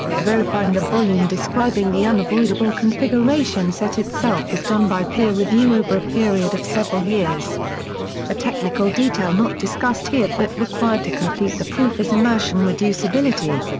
verifying the volume describing the unavoidable configuration set itself was done by peer review over a period of several years a technical detail not discussed here but required to complete the proof is immersion reducibility.